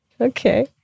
Okay